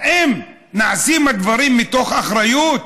האם נעשים הדברים מתוך אחריות?